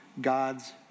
God's